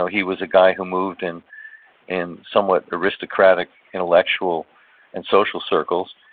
yeah he was a guy who moved in in somewhat aristocratic, intellectual and social circles.